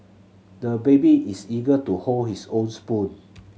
the baby is eager to hold his own spoon